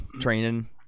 training